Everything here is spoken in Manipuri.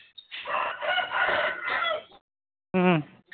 ꯎꯝ